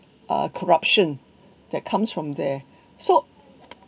uh corruption that comes from there so